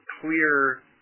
clear